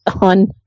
on